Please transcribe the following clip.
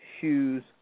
shoes